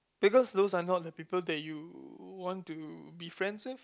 because those are not the people that you want to be friends with